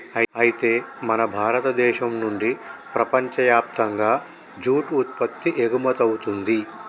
అయితే మన భారతదేశం నుండి ప్రపంచయప్తంగా జూట్ ఉత్పత్తి ఎగుమతవుతుంది